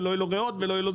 ריאות וכו',